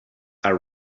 are